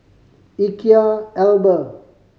Ikea Alba